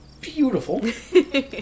Beautiful